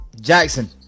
Jackson